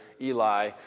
Eli